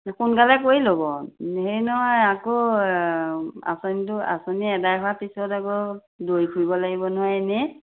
সোনকালে কৰি ল'ব হেৰি নহয় আকৌ আঁচনিটো আঁচনি এদায় হোৱাৰ পিছত আকৌ দৌৰি ফুৰিব লাগিব নহয় এনেই